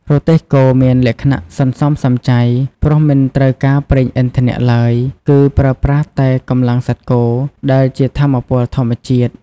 រទេះគោមានលក្ខណៈសន្សំសំចៃ ព្រោះមិនត្រូវការប្រេងឥន្ធនៈឡើយ គឺប្រើប្រាស់តែ កម្លាំងសត្វគោ ដែលជាថាមពលធម្មជាតិ ។